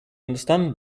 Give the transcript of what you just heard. understand